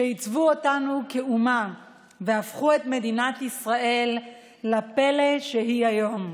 שעיצבו אותנו כאומה והפכו את מדינת ישראל לפלא שהיא היום.